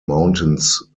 mountains